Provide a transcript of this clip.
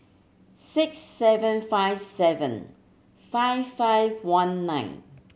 six seven five seven five five one nine